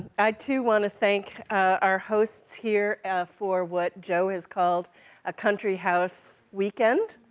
i, too, want to thank our hosts here for what joe has called a country house weekend,